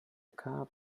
cab